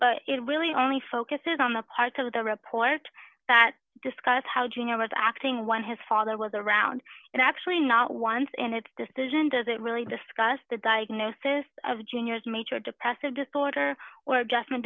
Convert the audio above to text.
but it really only focuses on the parts of the report that discusses how junior was acting one his father was around and actually not once in its decision does it really discuss the diagnosis of junior's major depressive disorder or adjustment